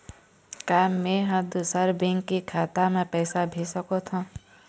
का मैं ह दूसर बैंक के खाता म पैसा भेज सकथों?